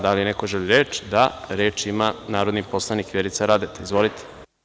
Da li neko želi reč? (Da) Reč ima narodni poslanik Vjerica Radeta.